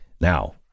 Now